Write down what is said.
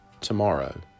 tomorrow